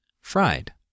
fried